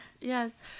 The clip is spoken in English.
Yes